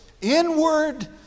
inward